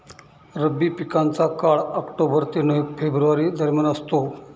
रब्बी पिकांचा काळ ऑक्टोबर ते फेब्रुवारी दरम्यान असतो